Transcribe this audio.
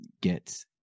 get